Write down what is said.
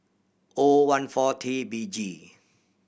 O one four T B G